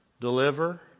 deliver